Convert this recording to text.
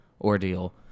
ordeal